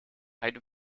heide